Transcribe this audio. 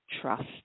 trust